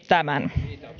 tämän